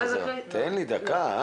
עכשיו זה לא קיים.